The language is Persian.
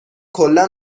کلا